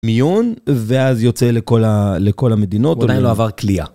מיון, ואז יוצא לכל המדינות. הוא עדיין לא עבר קלייה.